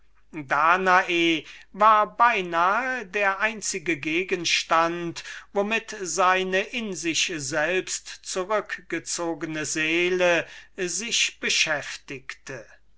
danae war beinahe der einzige gegenstand womit seine in sich selbst zurückgezogene seele sich beschäftigte